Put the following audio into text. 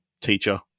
teacher